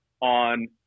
on